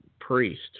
priest